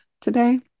today